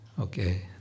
okay